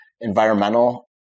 environmental